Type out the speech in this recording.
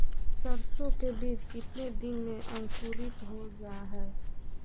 सरसो के बीज कितने दिन में अंकुरीत हो जा हाय?